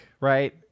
right